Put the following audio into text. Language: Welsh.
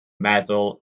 meddwl